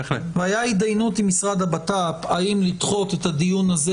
הייתה התדיינות עם משרד הבט"פ האם לדחות את הדיון הזה